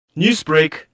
Newsbreak